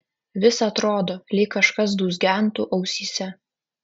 vis atrodo lyg kažkas dūzgentų ausyse